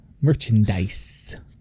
Merchandise